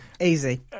Easy